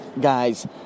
Guys